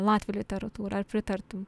latvių literatūrą ar pritartum